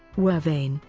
were vain,